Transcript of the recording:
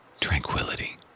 tranquility